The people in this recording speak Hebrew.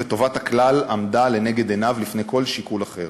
וטובת הכלל עמדה לנגד עיניו לפני כל שיקול אחר.